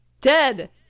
Dead